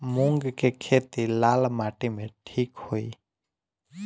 मूंग के खेती लाल माटी मे ठिक होई?